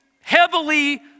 heavily